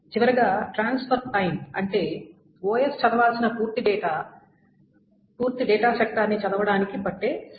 చివరగా transfer time అంటే OS చదవాల్సిన పూర్తి డేటా సెక్టార్ ని చదవటానికి పట్టే సమయం